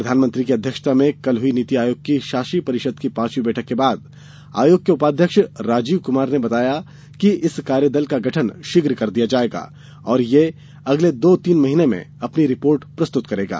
प्रधानमंत्री की अध्यक्षता में कल हुई नीति आयोग की शासी परिषद की पांचवी बैठक के बाद आयोग के उपाध्यक्ष राजीव कुमार ने बताया कि इस कार्यदल का गठन शीघ्र कर दिया जाएगा और यह अगले दो तीन महीने में अपनी रिपोर्ट प्रस्तुत करेगा